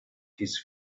his